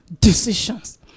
decisions